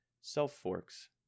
self-forks